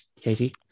Katie